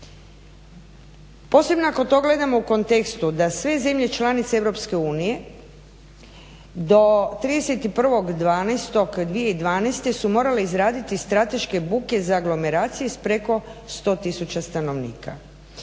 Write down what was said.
Posebno ako to gledamo u kontekstu da sve zemlje članice Europske unije do 31.12.2012. su morale izraditi strateške buke za aglomeracije s preko 100 000 stanovnika.